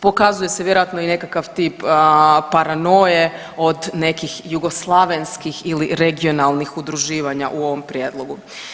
Pokazuje se vjerojatno i nekakav tip paranoje od nekih jugoslavenskih ili regionalnih udruživanja u ovom prijedlogu.